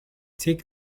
take